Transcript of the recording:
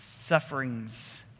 Suffering's